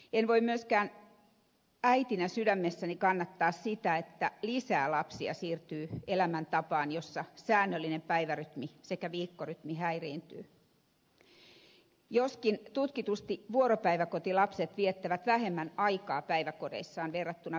en voi myöskään äitinä sydämessäni kannattaa sitä että lisää lapsia siirtyy elämäntapaan jossa säännöllinen päivärytmi sekä viikkorytmi häiriintyy joskin tutkitusti vuoropäiväkotilapset viettävät vähemmän aikaa päiväkodeissaan verrattuna päivähoitolapsiin